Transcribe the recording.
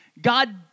God